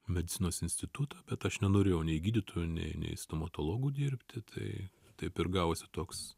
medicinos institutą bet aš nenorėjau nei gydytoju nei nei stomatologu dirbti tai taip ir gavosi toks